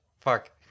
Fuck